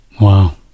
wow